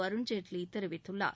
அருண்ஜேட்லி தெரிவித்துள்ளார்